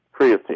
Creatine